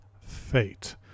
Fate